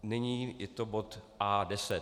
Nyní je to bod A10.